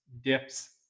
dips